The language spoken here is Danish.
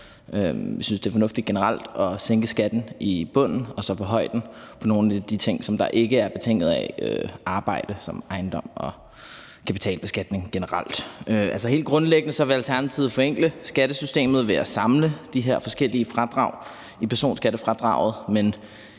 Vi synes, det er fornuftigt generelt at sænke skatten i bunden og så forhøje den for nogle af de ting, der ikke er betinget af arbejde, såsom ejendom og kapitalbeskatning generelt. Altså, helt grundlæggende vil Alternativet forenkle skattesystemet ved at samle de her forskellige fradrag i personskattefradraget, men